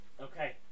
Okay